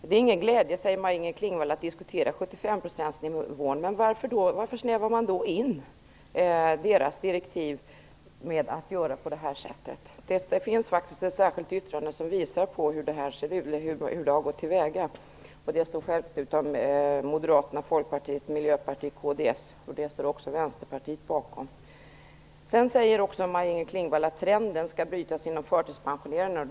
Maj-Inger Klingvall säger att det inte är någon glädje att diskutera 75-procentsnivån, men varför snävar man då in utredningens direktiv genom att göra på det här sättet? Det finns faktiskt ett särskilt yttrande till betänkandet av Moderaterna, Folkpartiet, Miljöpartiet och kds som visar på hur man här har gått till väga. Detta särskilda yttrande står också Maj-Inger Klingvall säger också att trenden skall brytas inom förtidspensioneringarna.